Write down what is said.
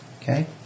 Okay